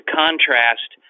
contrast